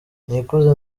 nikuze